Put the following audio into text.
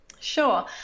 Sure